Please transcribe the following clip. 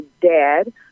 dad